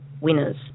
winners